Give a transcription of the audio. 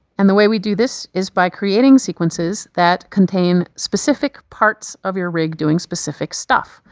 and the way we do this is by creating sequences that contain specific parts of your rig doing specific stuff.